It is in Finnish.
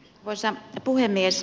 arvoisa puhemies